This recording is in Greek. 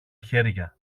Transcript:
χέρια